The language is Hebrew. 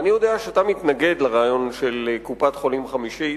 ואני יודע שאתה מתנגד לרעיון של קופת-חולים חמישית,